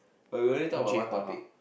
but we only talk about one topic